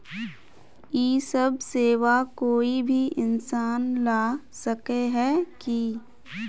इ सब सेवा कोई भी इंसान ला सके है की?